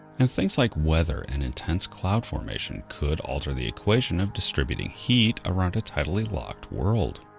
and things like weather and intense cloud formation could alter the equation of distributing heat around a tidally locked world.